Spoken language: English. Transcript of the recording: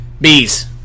Bees